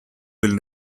will